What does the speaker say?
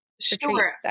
Sure